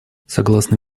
согласно